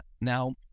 Now